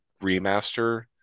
remaster